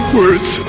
words